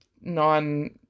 non